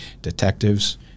detectives